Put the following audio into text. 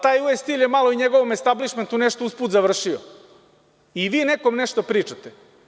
Taj „US Stell“ je malo i njegovom establišmentu nešto usput završio i vi nekom nešto pričate.